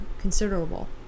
considerable